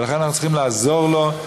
ולכן אנחנו צריכים לעזור לו.